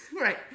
right